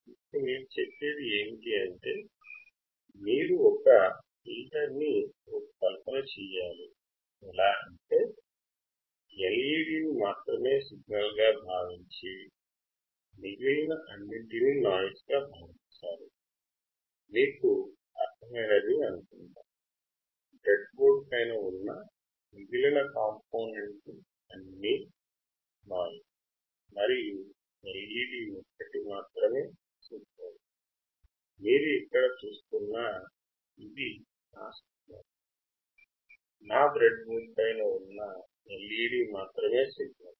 ఇప్పుడు నేను మీకు చెప్తున్నాను ఫిల్టర్ను డిజైన్ చేయవలసి ఉందని అది ఈ LED ని సిగ్నల్గా మాత్రమే పరిగణిస్తుంది మరియు మిగతా దానిని నాయిస్ గా పరిగణిస్తుంది